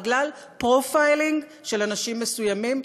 בגלל פרופיילינג של אנשים מסוימים,